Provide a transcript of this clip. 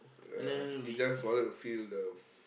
ya he just wanted to feel the f~